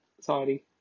Sorry